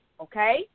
okay